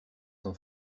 son